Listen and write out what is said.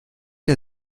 der